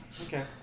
okay